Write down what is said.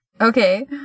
okay